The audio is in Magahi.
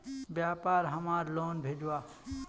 व्यापार हमार लोन भेजुआ?